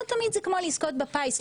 לא תמיד זה כמו לזכות בפיס,